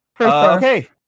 Okay